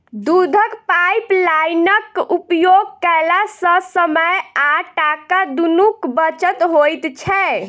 दूधक पाइपलाइनक उपयोग कयला सॅ समय आ टाका दुनूक बचत होइत छै